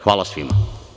Hvala svima.